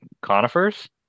conifers